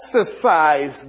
exercise